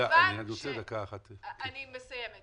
מכיוון